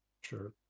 Sure